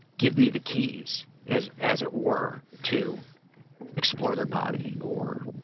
give me the keys, as as it were, to explore their body, or.